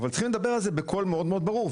אבל צריכים לדבר על זה בקול מאוד מאוד ברור.